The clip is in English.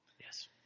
Yes